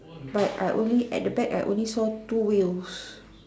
but I only at the back I only saw two wheels